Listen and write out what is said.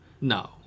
No